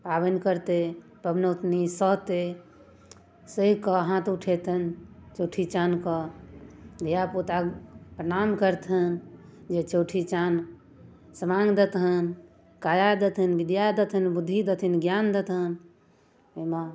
पाबनि करतै पबनौतिनी सहतै सहिकऽ हाथ उठेतनि चौठी चानके धिआपुता प्रणाम करतनि जे चौठी चान समाङ्ग देथुन काया देथुन विद्या देथुन बुद्धि देथिन ज्ञान देथुन ओहिमे